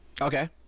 Okay